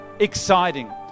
Exciting